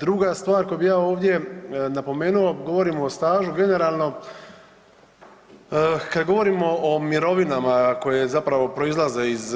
Druga stvar koju bi ja ovdje napomenuo govorimo o stažu generalno, kada govorimo o mirovinama koje zapravo proizlaze iz